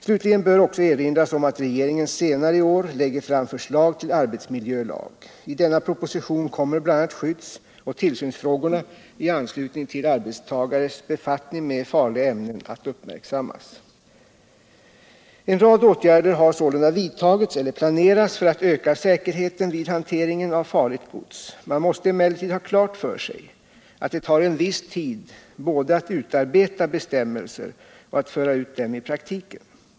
Slutligen bör också erinras om att regeringen senare i år lägger fram förslag till arbetsmiljölag. I denna proposition kommer bl.a. skydds och tillsynsfrågorna i anslutning till arbetstagares befattning med farliga ämnen att uppmärksammas. En rad åtgärder har sålunda vidtagits eller planeras för att öka säkerheten vid hanteringen av farligt gods. Man måste emellertid ha klart för sig att det tar en viss tid både att utarbeta bestämmelser och att föra ut dem i praktiken.